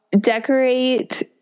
decorate